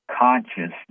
consciousness